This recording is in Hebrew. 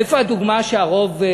איפה הדוגמה של הרוב?